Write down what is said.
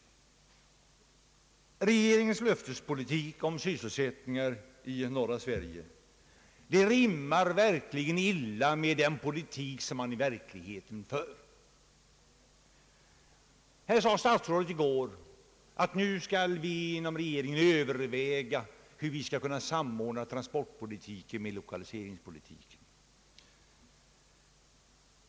Regeringens löftespolitik om sysselsättning i norra Sverige rimmar verkligen illa med den politik som regeringen i verkligheten för. Statsrådet Norling sade i går att man inom regeringen skall överväga hur man skall kunna samordna transportpolitiken med lokaliseringspolitiken.